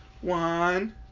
one